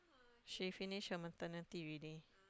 she finish her maternity already